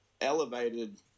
elevated